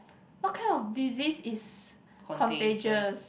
what kind of disease is contagious